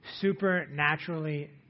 supernaturally